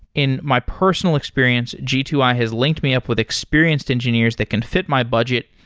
in my personal experience, g two i has linked me up with experienced engineers that can fit my budget,